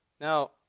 now